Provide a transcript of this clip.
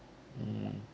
mm